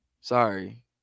sorry